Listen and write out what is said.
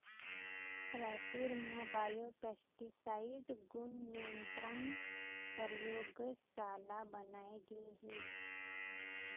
रायपुर म बायोपेस्टिसाइड गुन नियंत्रन परयोगसाला बनाए गे हे